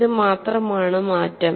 ഇത് മാത്രമാണ് മാറ്റം